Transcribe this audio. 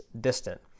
distant